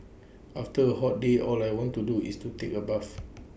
after A hot day all I want to do is to take A bath